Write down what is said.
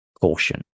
caution